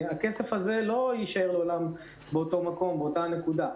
הכסף הזה לא יישאר לעולם באותו מקום ובאותה הנקודה.